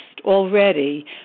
already